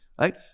right